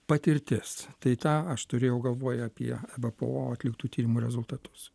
patirtis tai tą aš turėjau galvoj apie ebpo atliktų tyrimų rezultatus